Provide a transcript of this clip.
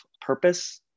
purpose